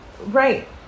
Right